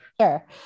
Sure